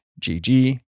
GG